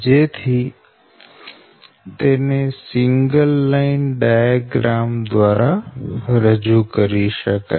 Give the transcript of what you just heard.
જેથી તેને single line diagram દ્વારા રજુ કરી શકાય